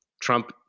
Trump